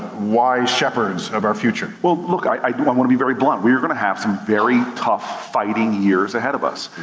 wise shepherds of our future. well, look, i wanna wanna be very blunt. we are gonna have some very tough, fighting years ahead of us.